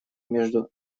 между